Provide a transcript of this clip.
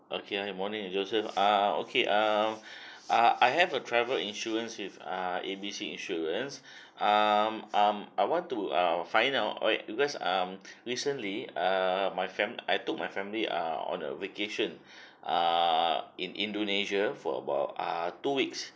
okay hi morning joseph ah okay um ah I have a travel insurance with ah A B C insurance um um I want to err find out because um recently err my fami~ I took my family err on a vacation err in indonesia for about ah two weeks